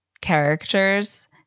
characters